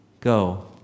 go